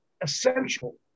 essential